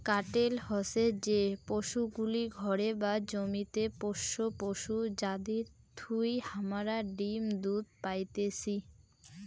কাটেল হসে যে পশুগুলি ঘরে বা জমিতে পোষ্য পশু যাদির থুই হামারা ডিম দুধ পাইতেছি